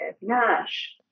Nash